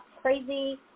crazy